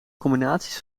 combinaties